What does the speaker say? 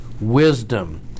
wisdom